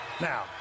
Now